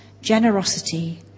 generosity